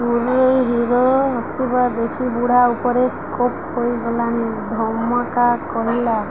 ପୁର ହିରୋ ଆସିବା ଦେଖି ବୁଢ଼ା ଉପରେ କୋପ୍ ହୋଇଗଲାଣି ଧମକା କଲା